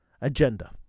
agenda